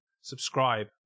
subscribe